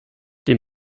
dem